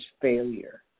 failure